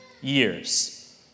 years